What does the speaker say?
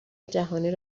جهانی